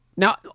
Now